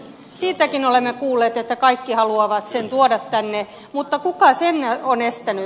siitäkin olemme kuulleet että kaikki haluavat sen tuoda tänne mutta kuka sen on estänyt